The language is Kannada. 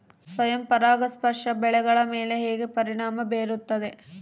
ಸ್ವಯಂ ಪರಾಗಸ್ಪರ್ಶ ಬೆಳೆಗಳ ಮೇಲೆ ಹೇಗೆ ಪರಿಣಾಮ ಬೇರುತ್ತದೆ?